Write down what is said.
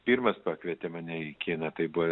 pirmas pakvietė mane į kiną tai buvo